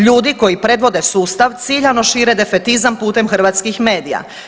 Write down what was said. Ljudi koji predvode sustav ciljano šire defertizam putem hrvatskih medija.